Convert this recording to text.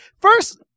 First